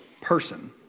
person